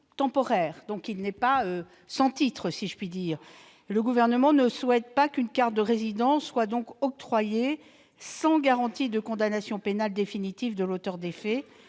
temporaire. Il n'est donc pas sans titre de séjour. Le Gouvernement ne souhaite pas qu'une carte de résident soit octroyée sans garantie de condamnation pénale définitive de l'auteur des faits,